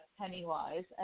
Pennywise